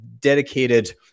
dedicated